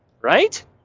Right